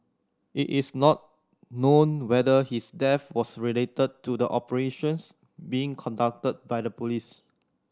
it is not known whether his death was related to the operations being conducted by the police